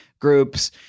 groups